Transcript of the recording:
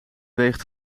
weegt